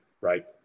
right